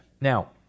Now